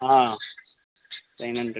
ஆ என்னன்ட்டு